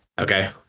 Okay